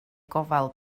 gofal